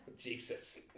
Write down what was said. Jesus